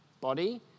body